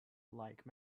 like